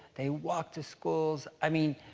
they walk to schools. i mean,